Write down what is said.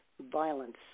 Violence